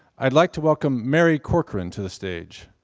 i'd like to welcome mary corcoran to the stage.